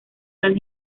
las